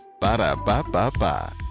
Ba-da-ba-ba-ba